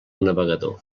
navegador